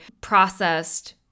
processed